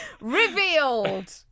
Revealed